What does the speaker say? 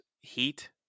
heat